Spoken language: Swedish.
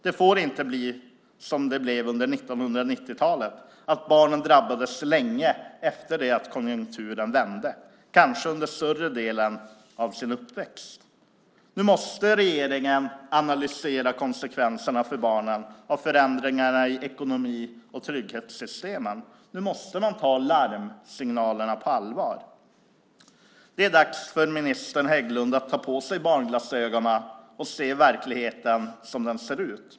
Det får inte bli som det blev under 1990-talet, att barnen drabbades länge efter det att konjunkturen vänt, kanske under större delen av sin uppväxt. Nu måste regeringen analysera konsekvenserna för barnen av förändringarna i ekonomin och trygghetssystemen. Nu måste man ta larmsignalerna på allvar. Det är dags för minister Hägglund att ta på sig barnglasögonen och se verkligheten som den ser ut.